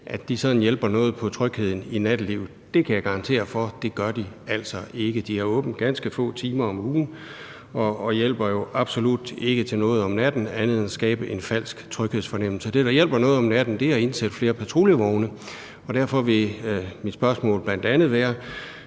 med hensyn til trygheden i nattelivet, men jeg kan altså garantere for, at det gør de ikke. De har åbent ganske få timer om ugen og er jo absolut ikke til hjælp om natten andet end til at skabe en falsk tryghedsfornemmelse. Det, der hjælper noget om natten, er at indsætte flere patruljevogne, og derfor vil mit spørgsmål til